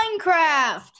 Minecraft